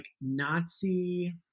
Nazi